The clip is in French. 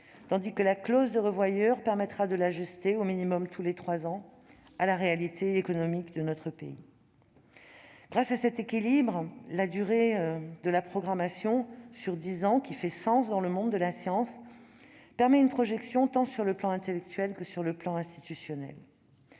tandis que la clause de revoyure permettra de l'ajuster à la réalité économique de notre pays, au minimum tous les trois ans. Grâce à cet équilibre, la durée de la programmation sur dix ans, qui fait sens dans le monde de la science, permet une projection tant sur le plan intellectuel que sur le plan institutionnel.